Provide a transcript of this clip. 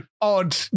odd